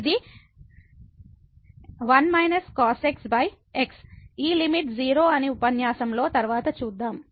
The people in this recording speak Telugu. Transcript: ఇది 1−cos x ఈ లిమిట్ 0 అని ఉపన్యాసంలో తరువాత చూద్దాం